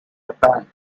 japan